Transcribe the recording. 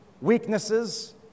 weaknesses